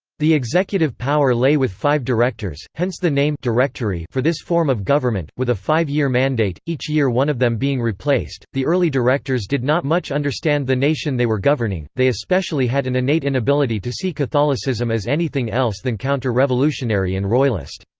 the executive power lay with five directors hence the name directory for this form of government with a five-year mandate, each year one of them being replaced the early directors did not much understand the nation they were governing they especially had an innate inability to see catholicism as anything else than counter-revolutionary and royalist.